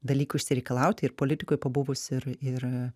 dalykų išsireikalauti ir politikoj pabuvus ir ir